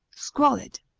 squalid,